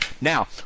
Now